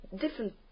different